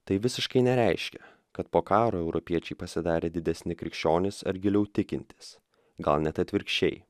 tai visiškai nereiškia kad po karo europiečiai pasidarė didesni krikščionys ar giliau tikintys gal net atvirkščiai